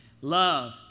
Love